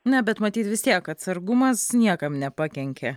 ne bet matyt vis tiek atsargumas niekam nepakenkė